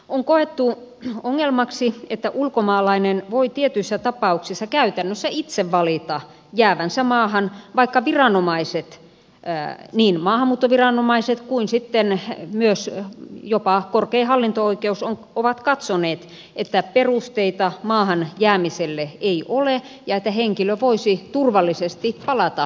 on koettu ongelmaksi että ulkomaalainen voi tietyissä tapauksissa käytännössä itse valita jäävänsä maahan vaikka viranomaiset niin maahanmuuttoviranomaiset kuin sitten myös jopa korkein hallinto oikeus olisivat katsoneet että perusteita maahan jäämiselle ei ole ja että henkilö voisi turvallisesti palata kotimaahansa